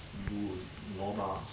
卤 lorbak